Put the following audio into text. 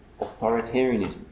authoritarianism